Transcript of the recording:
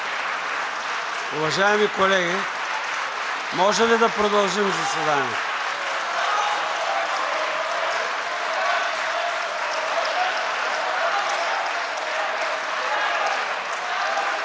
Уважаеми колеги, може ли да продължим заседанието?